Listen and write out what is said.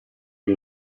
che